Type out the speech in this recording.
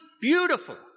beautiful